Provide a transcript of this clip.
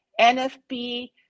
NFB